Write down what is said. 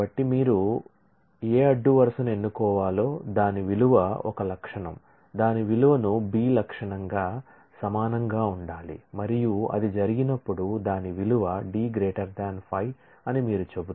కాబట్టి మీరు ఏ అడ్డు వరుసను ఎన్నుకోవాలో దాని విలువ ఒక అట్ట్రిబ్యూట్ దాని విలువను B అట్ట్రిబ్యూట్ గా సమానంగా ఉండాలి మరియు అది జరిగినప్పుడు దాని విలువ D 5 అని మీరు చెబుతున్నారు